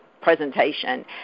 presentation